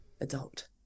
adult